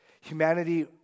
Humanity